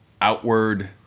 outward